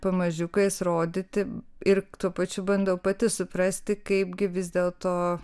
pamažiukais rodyti ir tuo pačiu bandau pati suprasti kaipgi vis dėl to